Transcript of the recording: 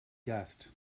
gerst